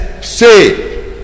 Say